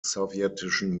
sowjetischen